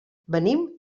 venim